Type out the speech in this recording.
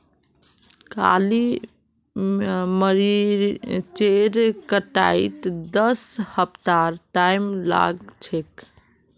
काली मरीचेर कटाईत दस हफ्तार टाइम लाग छेक